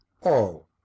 All